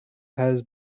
has